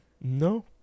No